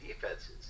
defenses